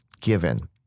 given